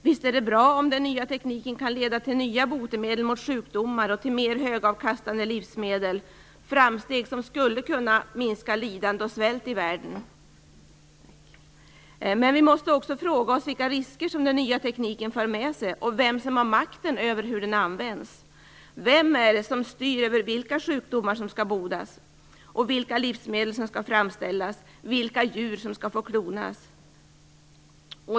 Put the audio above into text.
Visst är det bra om den nya tekniken kan leda till nya botemedel mot sjukdomar och till mer högavkastande livsmedel, framsteg som skulle kunna minska lidande och svält i världen. Men vi måste också fråga oss vilka risker som den nya tekniken för med sig och vem som har makten över hur den används. Vem är det som styr över vilka sjukdomar som skall botas och vilka livsmedel som skall framställas? Vilka djur är det som skall få klonas?